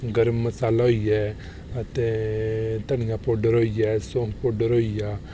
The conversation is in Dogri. गर्म मसाला होई ऐ अते धनिया पौडर होई आ सौंफ पौडर होई आ